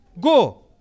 Go